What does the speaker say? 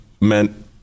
meant